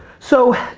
so,